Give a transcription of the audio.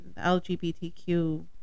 lgbtq